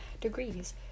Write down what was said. degrees